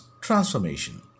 transformation